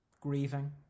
grieving